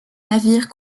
navires